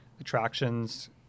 attractions